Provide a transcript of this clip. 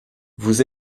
vous